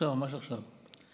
ממש עכשיו.